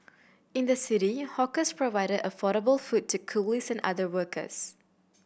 in the city hawkers provided affordable food to coolies and other workers